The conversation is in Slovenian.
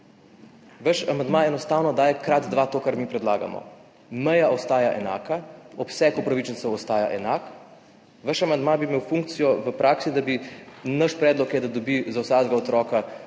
Vaš amandma enostavno daje krat dva to, kar mi predlagamo. Meja ostaja enaka, obseg upravičencev ostaja enak. Vaš amandma bi imel funkcijo v praksi, da bi, naš predlog je, da dobi za vsakega otroka